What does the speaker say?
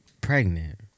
pregnant